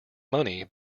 money